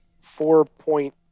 four-point